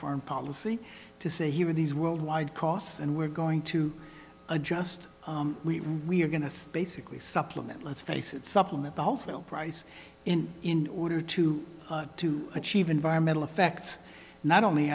foreign policy to say here are these worldwide costs and we're going to adjust we we're going to basically supplement let's face it supplement the wholesale price in order to to achieve environmental effects not only